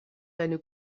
deine